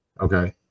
Okay